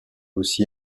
aussi